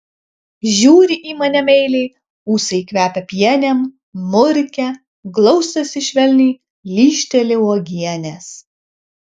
žiūri į mane meiliai ūsai kvepia pienėm murkia glaustosi švelniai lyžteli uogienės